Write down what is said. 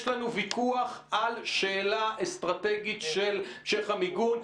יש לנו ויכוח על שאלה אסטרטגית של המשך המיגון,